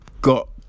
got